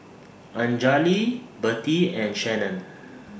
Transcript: Anjali Birtie and Shannon